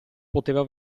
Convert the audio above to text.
poteva